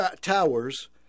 Towers